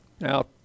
Now